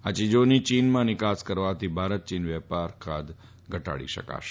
આ ચીજાની ચીનમાં નિકાસ કરવાથી ભારત ચીન વેપાર ખાધ ઘટાડી શકાશે